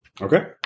Okay